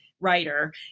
writer